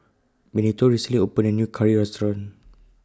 Benito recently opened A New Curry Restaurant